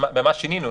במה שינינו?